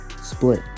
split